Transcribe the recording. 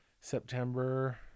September